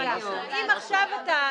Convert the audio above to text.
אם עכשיו אתה,